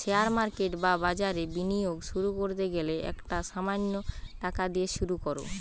share market বা বাজারে বিনিয়োগ শুরু করতে গেলে একটা সামান্য টাকা দিয়ে শুরু করো